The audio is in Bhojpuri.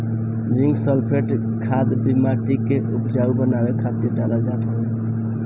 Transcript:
जिंक सल्फेट खाद भी माटी के उपजाऊ बनावे खातिर डालल जात हवे